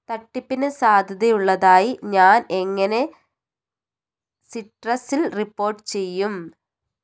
തട്ടിപ്പിന് സാധ്യതയുള്ളതായി ഞാൻ എങ്ങനെ സിട്രസിൽ റിപ്പോർട്ട് ചെയ്യും